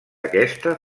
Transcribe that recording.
aquesta